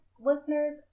listeners